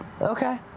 okay